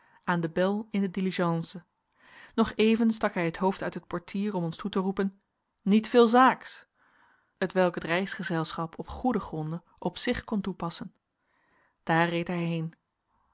aan de bel in de diligence nog even stak hij het hoofd uit het portier om ons toe te roepen niet veel zaaks t welk het reisgezelschap op goede gronden op zich kon toepassen daar